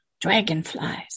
dragonflies